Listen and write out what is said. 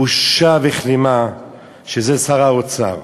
בושה וכלימה שזה שר האוצר.